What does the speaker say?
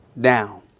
down